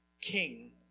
king